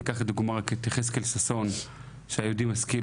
ניקח דוגמא את יחזקאל ששון שהיה יהודי משכיל,